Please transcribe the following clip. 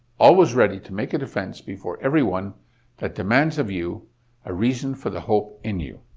always ready to make a defense before everyone that demands of you a reason for the hope in you,